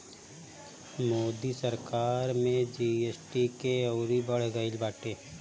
मोदी सरकार में जी.एस.टी के अउरी बढ़ गईल बाटे